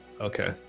Okay